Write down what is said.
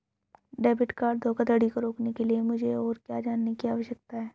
Debit card धोखाधड़ी को रोकने के लिए मुझे और क्या जानने की आवश्यकता है?